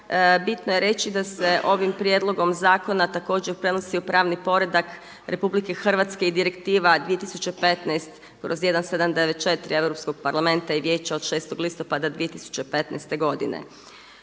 Bitno je reći da se ovim prijedlogom zakona također prenosi u pravni poredak RH i Direktiva 2015/1794 Europskog parlamenta i Vijeća od 6. listopada 2015. godine.